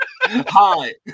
Hi